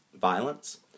violence